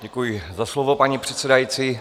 Děkuji za slovo, paní předsedající.